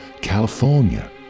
California